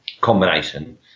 combination